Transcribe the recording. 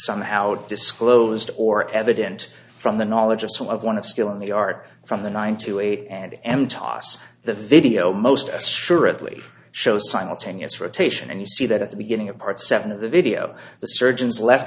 somehow disclosed or evident from the knowledge of some of one of skill in the art from the nine to eight and m toss the video most assuredly show simultaneous rotation and you see that at the beginning of part seven of the video the surgeons left